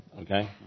okay